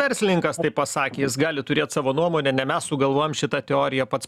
verslininkas taip pasakė jis gali turėt savo nuomonę ne mes sugalvojom šitą teoriją pats